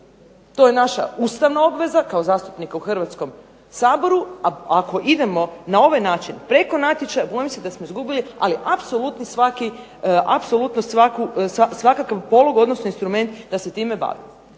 To je naša ustavna obveza kao zastupnika u HRvatskom saboru, ako idemo na ovaj način preko natječaja bojim se da smo izgubili ali apsolutni svakakvu polugu odnosno instrument da se time bavi.